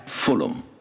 Fulham